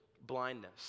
blindness